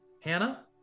Hannah